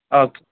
okay